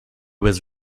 was